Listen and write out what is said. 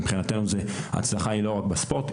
מבחינתנו ההצלחה היא לא רק בספורט,